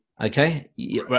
Okay